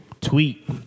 tweet